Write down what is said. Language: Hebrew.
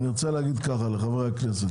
אני רוצה להגיד לחברי הכנסת,